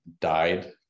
died